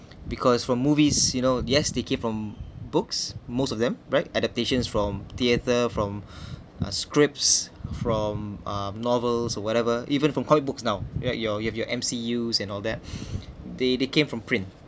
because from movies you know yes they came from books most of them right adaptations from theater from uh scripts from uh novels or whatever even from comic books now right your you have your M_C_U and all that they they came from print